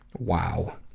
wow.